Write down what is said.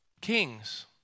Kings